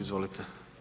Izvolite.